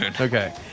Okay